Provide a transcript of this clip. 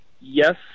yes